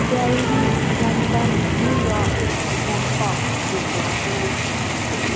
Delhi London New York Bangkok Dubai